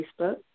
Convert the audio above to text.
Facebook